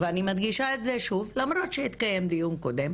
ואני מדגישה את זה שוב, למרות שהתקיים דיון קודם.